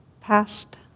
past